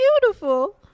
beautiful